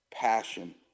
passion